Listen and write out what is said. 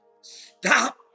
Stop